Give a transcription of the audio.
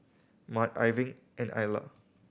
Mart Irving and Ila